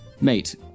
mate